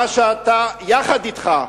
יחד אתך,